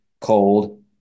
Cold